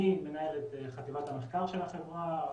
אני מנהל את חטיבת המחקר של החברה,